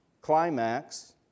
climax